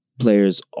Players